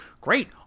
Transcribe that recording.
great